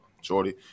Shorty